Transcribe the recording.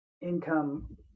income